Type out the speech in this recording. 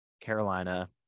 Carolina